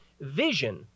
vision